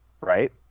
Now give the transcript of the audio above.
right